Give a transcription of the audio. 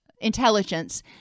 intelligence